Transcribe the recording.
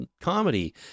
comedy